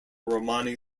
romani